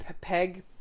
peg